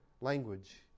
language